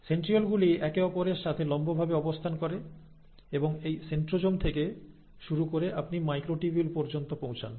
centriole গুলি একে অপরের সাথে লম্বভাবে অবস্থান করে এবং এই সেন্ট্রোজোম থেকে শুরু করে আপনি মাইক্রোটিবিউল পর্যন্ত পৌঁছান